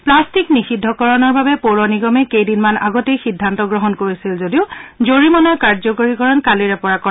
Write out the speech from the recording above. plastic নিষিদ্ধকৰণৰ বাবে পৌৰ নিগমে কেইদিনমান আগতেই সিদ্ধান্ত গ্ৰহণ কৰিছিল যদিও জৰিমনাৰ কাৰ্যকৰীকৰণ কালিৰে পৰা হৈছে